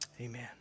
amen